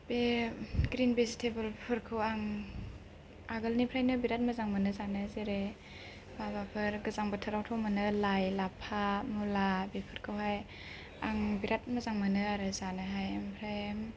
बे green vegetable फोरखौ आं आगोलनिफ्रायनो बिराथ मोजां मोनो जानो जेरै माबाफोर गोजां बोथोरावथ' मोनो लाइ लाफा मुला बेफोरखौहाय आं बिराथ मोजां मोनो आरो जानो हाय ओमफ्राय